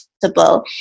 possible